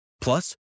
Plus